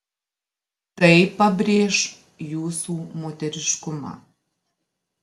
tai pabrėš jūsų moteriškumą